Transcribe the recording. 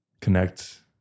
connect